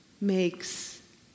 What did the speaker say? makes